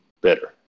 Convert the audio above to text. better